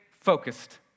focused